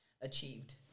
achieved